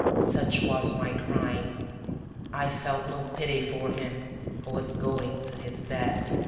such was my crime i felt no pity for him who was going to his death.